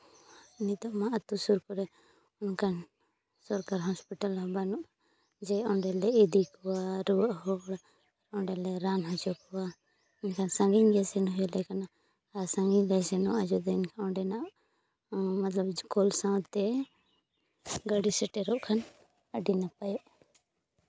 ᱱᱤᱛᱚᱜ ᱢᱟ ᱟᱛᱳ ᱥᱩᱨ ᱠᱚᱨᱮ ᱚᱱᱠᱟᱱ ᱥᱚᱨᱠᱟᱨ ᱦᱚᱥᱯᱤᱴᱟᱞ ᱦᱚᱸ ᱵᱟᱹᱱᱩᱜ ᱡᱮ ᱚᱸᱰᱮ ᱞᱮ ᱤᱫᱤ ᱠᱚᱣᱟ ᱨᱩᱣᱟᱹᱜ ᱦᱚᱲ ᱚᱸᱰᱮ ᱞᱮ ᱨᱟᱱ ᱦᱚᱪᱚ ᱠᱚᱣᱟ ᱮᱱᱠᱷᱟᱱ ᱥᱟᱺᱜᱤᱧ ᱜᱮ ᱥᱮᱱ ᱦᱩᱭ ᱟᱞᱮ ᱠᱟᱱᱟ ᱟᱨ ᱥᱟᱺᱜᱤᱧ ᱞᱮ ᱥᱮᱱᱚᱜᱼᱟ ᱡᱩᱫᱤ ᱚᱸᱰᱮᱱᱟᱜ ᱢᱚᱛᱞᱚᱵ ᱠᱚᱞ ᱥᱟᱶᱛᱮ ᱜᱟᱹᱰᱤ ᱥᱮᱴᱮᱨᱚᱜ ᱠᱷᱟᱱ ᱟᱹᱰᱤ ᱱᱟᱯᱟᱭᱚᱜᱼᱟ